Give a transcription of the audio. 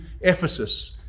Ephesus